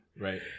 Right